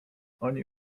oni